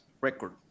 Record